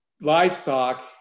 livestock